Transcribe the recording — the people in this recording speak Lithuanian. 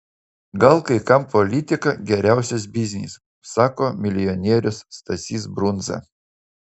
gal kai kam politika geriausias biznis sako milijonierius stasys brundza